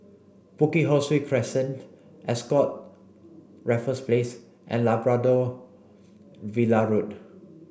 Bukit Ho Swee Crescent Ascott Raffles Place and Labrador Villa Road